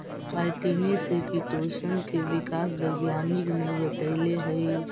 काईटिने से किटोशन के विकास वैज्ञानिक ने बतैले हई